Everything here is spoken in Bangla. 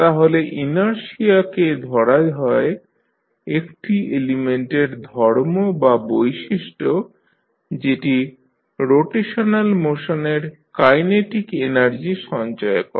তাহলে ইনারশিয়াকে ধরা হয় একটি এলিমেন্টের ধর্ম বা বৈশিষ্ট্য যেটি রোটেশনাল মোশনের কাইনেটিক এনার্জি সঞ্চয় করে